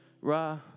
Ra